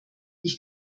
ich